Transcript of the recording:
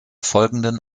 folgenden